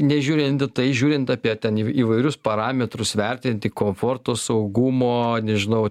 nežiūrint į tai žiūrint apie ten įvairius parametrus vertinti komforto saugumo nežinau